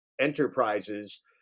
enterprises